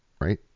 right